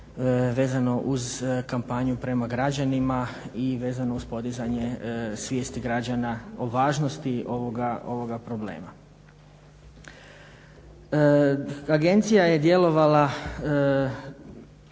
vezano uz kampanju prema građanima i vezano uz podizanje svijesti građana o važnosti ovoga problema. Agencija je surađivala